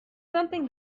something